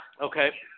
Okay